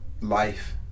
life